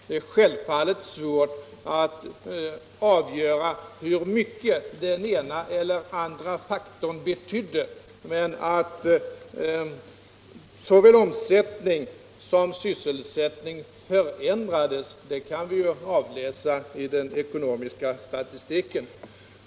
Det är självfallet svårt att avgöra hur mycket den ena eller den andra faktorn betydde, men att såväl omsättningen som sysselsättningen förändrades kan vi avläsa i den ekonomiska statistiken.